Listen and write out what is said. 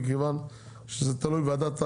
מכיוון שזה תלוי בוועדת הכנסת.